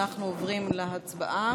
אנחנו עוברים להצבעה.